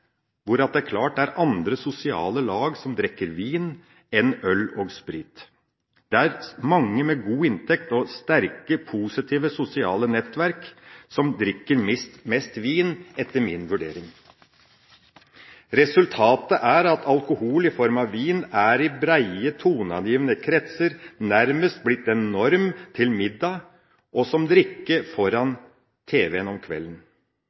hvor det klart er sosiale lag som heller drikker vin enn øl og sprit. Mange med god inntekt og sterke, positive sosiale nettverk drikker mest vin, etter min vurdering. Resultatet er at alkohol, i form av vin, i breie, toneangivende kretser nærmest er blitt en norm – til middag og som drikke foran tv-en om kvelden.